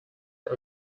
are